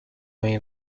این